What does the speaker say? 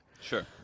Sure